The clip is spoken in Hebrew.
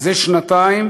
זה שנתיים,